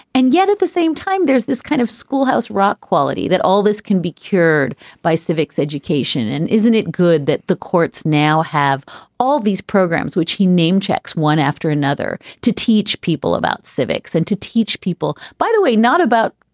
and yet at the same time, there's this kind of schoolhouse rock quality that all this can be cured by civics education. and isn't it good that the courts now have all these programs, which he named checks one after another to teach people about civics and to teach people, by the way, not about,